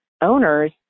owners